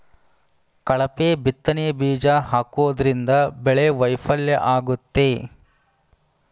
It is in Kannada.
ಕಳಪೆ ಬಿತ್ತನೆ ಬೀಜ ಹಾಕೋದ್ರಿಂದ ಬೆಳೆ ವೈಫಲ್ಯ ಆಗುತ್ತೆ